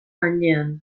gainean